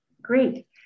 Great